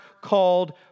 called